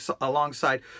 alongside